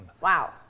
Wow